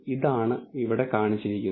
ഇതാണ് ഇവിടെ കാണിച്ചിരിക്കുന്നത്